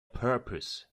purpose